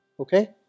Okay